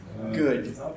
good